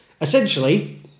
Essentially